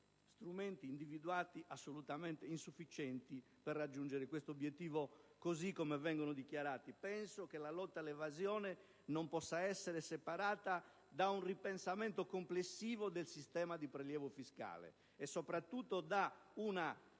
strumenti individuati assolutamente insufficienti per raggiungere tale obiettivo, così come vengono dichiarati. Penso che la lotta all'evasione non possa essere separata da un ripensamento complessivo del sistema di prelievo fiscale e soprattutto da una